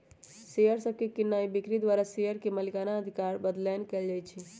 share सभके कीनाइ बिक्री द्वारा शेयर के मलिकना अधिकार बदलैंन कएल जाइ छइ